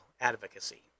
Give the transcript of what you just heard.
Advocacy